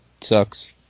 Sucks